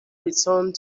returned